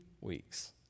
weeks